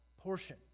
portion